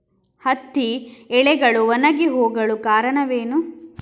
ಹತ್ತಿ ಎಲೆಗಳು ಒಣಗಿ ಹೋಗಲು ಕಾರಣವೇನು?